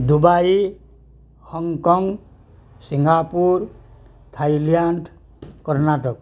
Dubai Hong Kong Singapore Thailand Karnataka